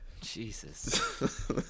Jesus